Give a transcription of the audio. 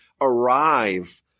arrive